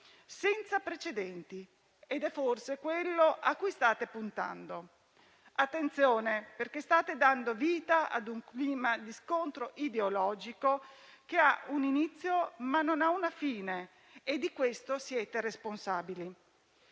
senza precedenti ed è forse quello a cui state puntando. Attenzione, perché state dando vita ad un clima di scontro ideologico, che ha un inizio ma non ha una fine, e di questo siete responsabili.